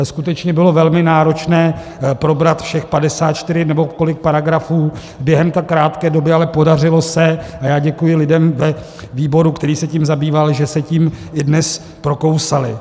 Skutečně bylo velmi náročné probrat všech 54 nebo kolik paragrafů během tak krátké doby, ale podařilo se a já děkuji lidem ve výboru, který se tím zabýval, že se tím i dnes prokousali.